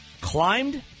Climbed